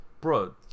Bro